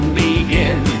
begin